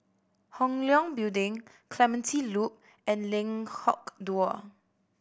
Hong Leong Building Clementi Loop and Dua